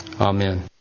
Amen